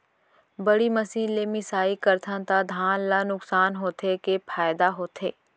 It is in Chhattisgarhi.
बड़ी मशीन ले मिसाई करथन त धान ल नुकसान होथे की फायदा होथे?